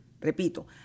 repito